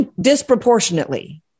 disproportionately